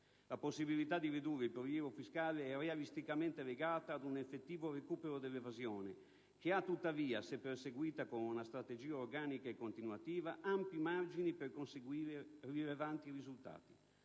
La possibilità di ridurre il prelievo fiscale è realisticamente legata ad un effettivo recupero dell'evasione, che ha tuttavia, se perseguita con una strategia organica e continuativa, ampi margini per conseguire rilevanti risultati;